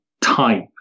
type